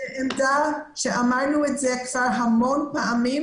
בעמדה שאמרנו את זה כבר המון פעמים